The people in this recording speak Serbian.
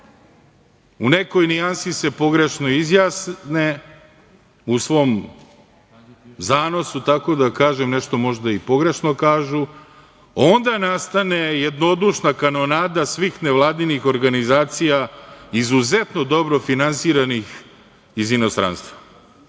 u nekoj nijansi se pogrešno izjasne u svom zanosu, tako da kažem nešto možda i pogrešno kažu, onda nastane jednodušna kanonada svih nevladinih organizacija izuzetno dobro finansiranih iz inostranstva. Žao